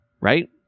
right